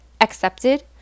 Accepted